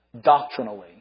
doctrinally